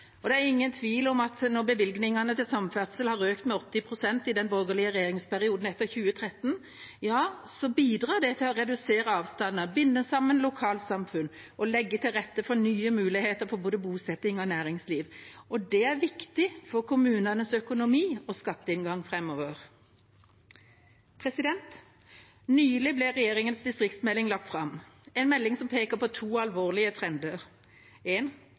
by. Det er ingen tvil om at når bevilgningene til samferdsel har økt med 80 pst. i den borgerlige regjeringsperioden etter 2013, bidrar det til å redusere avstander, binde sammen lokalsamfunn og legge til rette for nye muligheter for både bosetting og næringsliv. Det er viktig for kommunenes økonomi og skatteinngang framover. Nylig ble regjeringas distriktsmelding lagt fram, en melding som peker på to alvorlige trender: